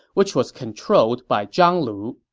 which was controlled by zhang lu.